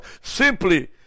simply